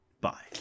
bye